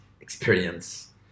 experience